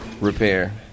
Repair